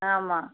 ஆமாம்